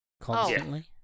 constantly